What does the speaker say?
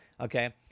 okay